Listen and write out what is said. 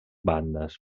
bandes